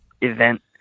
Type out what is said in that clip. event